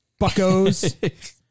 buckos